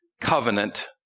covenant